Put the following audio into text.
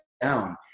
down